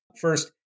First